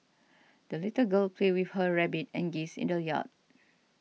the little girl played with her rabbit and geese in the yard